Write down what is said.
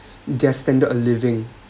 their standard of living